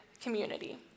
community